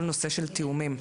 כל הנושא של תיאומים.